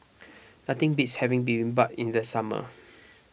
nothing beats having Bibimbap in the summer